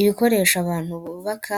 Ibikoresho abantu bubaka